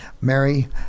Mary